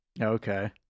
okay